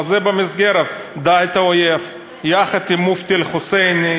אבל זה במסגרת "דע את האויב" יחד עם המופתי אל-חוסייני,